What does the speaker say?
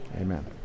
amen